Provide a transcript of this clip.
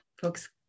Folks